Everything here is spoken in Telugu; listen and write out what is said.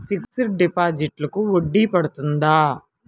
ఫిక్సడ్ డిపాజిట్లకు వడ్డీ పడుతుందా?